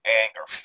anger